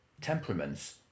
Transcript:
temperaments